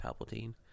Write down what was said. Palpatine